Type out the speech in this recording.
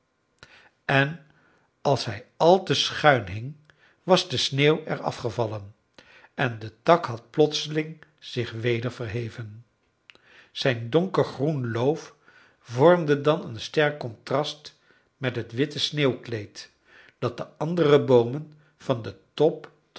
en als hij al te schuin hing was de sneeuw eraf gevallen en de tak had plotseling zich weder verheven zijn donkergroen loof vormde dan een sterk contrast met het witte sneeuwkleed dat de andere boomen van den top